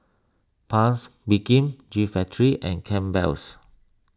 Paik's Bibim G Factory and Campbell's